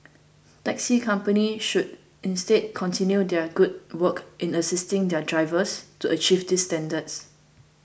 taxi companies should instead continue their good work in assisting their drivers to achieve these standards